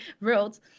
world